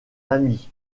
ami